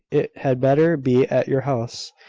it had better be at your house.